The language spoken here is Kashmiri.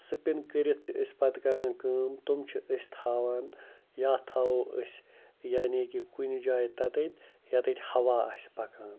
سٕپِن کٔرِتھ چھِ أسۍ پَتہٕ کَران کٲم تِم چھِ أسۍ تھاوان یا تھاوو أسۍ یعنی کہِ کُنہِ جایہِ تَتٕے یَتٕتھۍ ہوا آسہِ پَکان